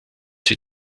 sie